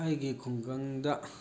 ꯑꯩꯒꯤ ꯈꯨꯡꯒꯪꯗ